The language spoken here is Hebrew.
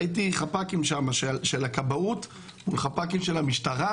היו חפ"קים של הכבאות וחפ"קים של המשטרה,